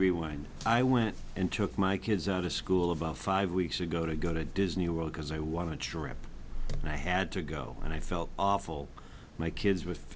rewind i went and took my kids out of school about five weeks ago to go to disney world because i want to and i had to go and i felt awful my kids with